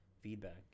feedback